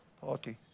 party